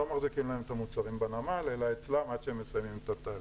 לא מחזיקים להם את המוצרים בנמל אלא הם אצלם עד שמסיימים את התהליך.